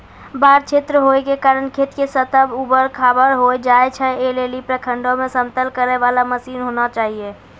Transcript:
बाढ़ क्षेत्र होय के कारण खेत के सतह ऊबड़ खाबड़ होय जाए छैय, ऐ लेली प्रखंडों मे समतल करे वाला मसीन होना चाहिए?